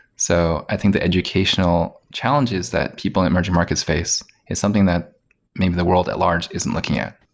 so, i think the educational challenges that people in emerging markets face is something that maybe the world at large isn't looking at.